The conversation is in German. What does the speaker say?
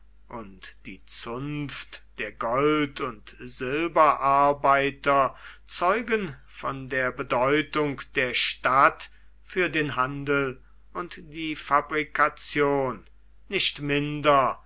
und die zunft der gold und silberarbeiter zeugen von der bedeutung der stadt für den handel und die fabrikation nicht minder